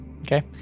Okay